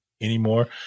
anymore